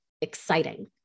exciting